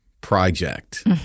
project